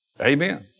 Amen